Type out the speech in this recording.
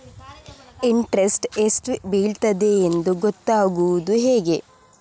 Interest ಎಷ್ಟು ಬೀಳ್ತದೆಯೆಂದು ಗೊತ್ತಾಗೂದು ಹೇಗೆ?